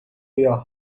your